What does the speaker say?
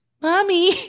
mommy